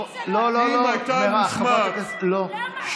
לא לא לא, מירב, חברת הכנסת, לא, למה?